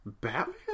Batman